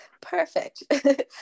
Perfect